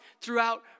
throughout